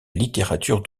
littérature